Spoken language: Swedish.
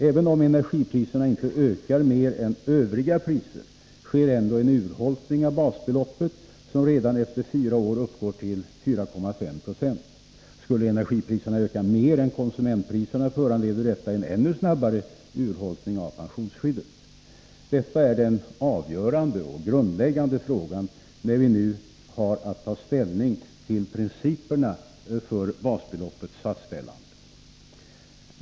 Även om energipriserna inte ökar mer än övriga priser sker ändå en urholkning av basbeloppet, som redan efter fyra år uppgår till 4,5 26. Skulle energipriserna öka mer än konsumentpriserna, föranleder detta en ännu snabbare urholkning av pensionsskyddet. Detta är den avgörande och grundläggande frågan när vi nu har att ta ställning till principerna för basbeloppets fastställande.